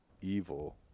evil